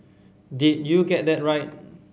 did you get that right